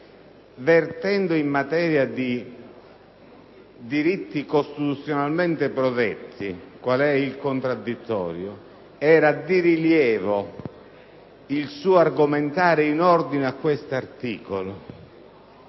vertendo in materia di diritti costituzionalmente protetti, qual è il contraddittorio, era di rilievo il suo argomentare in ordine a questo articolo.